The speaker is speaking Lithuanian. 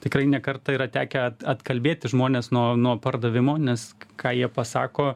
tikrai ne kartą yra tekę atkalbėti žmones nuo nuo pardavimo nes ką jie pasako